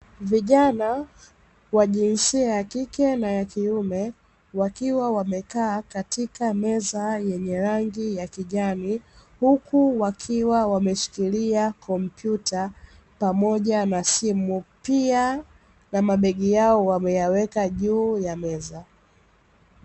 Vijana wa jinsia ya kike na ya kiume wakiwa wamekaa katika meza yenye rangi ya kijani huku wakiwa wameshikilia kompyuta pamoja na simu, pia na mabegi yao wameyaweka juu ya meza.